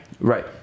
right